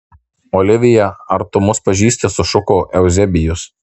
olivija ar tu mus pažįsti sušuko euzebijus